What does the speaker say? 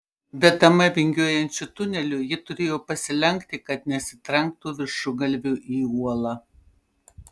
vedama vingiuojančiu tuneliu ji turėjo pasilenkti kad nesitrenktų viršugalviu į uolą